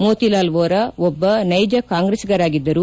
ಮೋತಿಲಾಲ್ ವೋರಾ ಒಬ್ಬ ನೈಜ ಕಾಂಗ್ರೆಸ್ಲಗರಾಗಿದ್ದರು